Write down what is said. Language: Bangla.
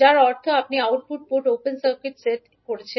যার অর্থ আপনি output port open circuit set করেছেন